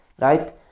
right